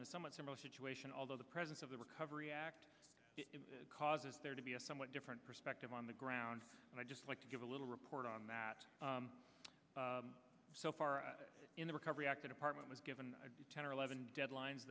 a somewhat similar situation although the presence of the recovery act causes there to be a somewhat different perspective on the ground and i'd just like to give a little report on that so far in the recovery act the department was given the ten or eleven deadlines